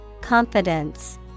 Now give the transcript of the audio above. confidence